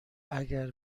اگر